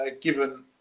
given